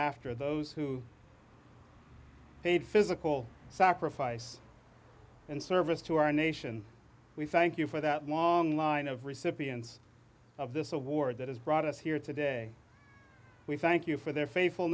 after those who paid physical sacrifice and service to our nation we thank you for that long line of recipients of this award that has brought us here today we thank you for their faithful